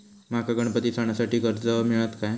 माका गणपती सणासाठी कर्ज मिळत काय?